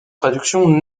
traductions